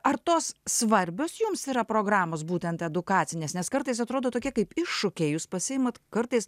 ar tos svarbios jums yra programos būtent edukacinės nes kartais atrodo tokie kaip iššūkiai jūs pasiimate kartais